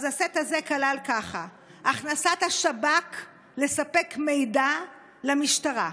הסט הזה כלל ככה: הכנסת השב"כ לספק מידע למשטרה,